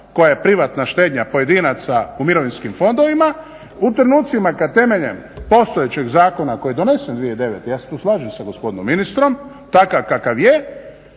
koja je privatna štednja pojedinaca u mirovinskim fondovima u trenucima kad temeljem postojećeg zakona koji je donesen 2009., ja se tu slažem sa gospodinom ministrom, takav kakav je,